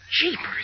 Jeepers